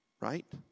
right